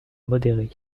modéré